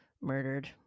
murdered